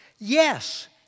Yes